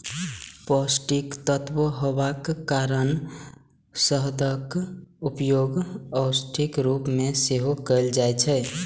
पौष्टिक तत्व हेबाक कारण शहदक उपयोग औषधिक रूप मे सेहो कैल जाइ छै